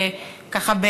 ככה,